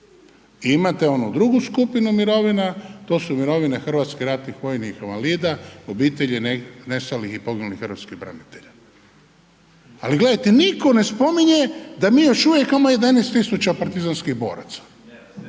i imate onu drugu skupinu mirovina to su mirovine hrvatskih ratnih vojnih invalida, obitelji nestalih i poginulih hrvatskih branitelja, ali gledajte nitko ne spominje da mi još uvijek imamo 11.000 partizanskih boraca,